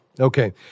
Okay